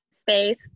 space